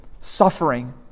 Suffering